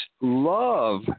love